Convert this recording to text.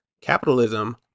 Capitalism